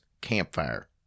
Campfire